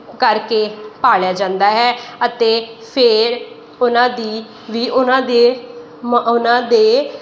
ਕਰਕੇ ਪਾਲ਼ਿਆ ਜਾਂਦਾ ਹੈ ਅਤੇ ਫੇਰ ਉਨ੍ਹਾਂ ਦੀ ਵੀ ਉਨ੍ਹਾਂ ਦੇ ਮ ਉਨ੍ਹਾਂ ਦੇ